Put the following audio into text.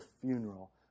funeral